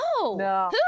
No